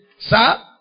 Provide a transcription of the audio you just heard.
Sir